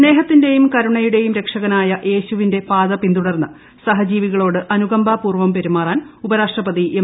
സ്നേഹത്തിന്റെയും കരുണയുടെയും രക്ഷകനായ യേശുവിന്റെ പാത പിന്തുടർന്ന് സഹജീവികളോട് അനുകമ്പാപൂർവ്വം പെരുമാറാൻ ഉപരാഷ്ട്രപതി എം